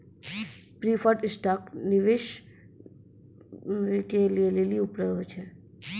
preferred stock विशेष निवेशक के लेली उपलब्ध होय छै